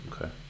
okay